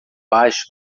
abaixo